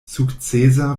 sukcesa